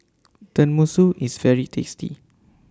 Tenmusu IS very tasty